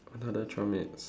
another twelve minutes